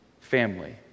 Family